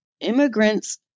immigrants